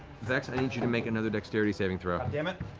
vex, i need you to make another dexterity saving throw.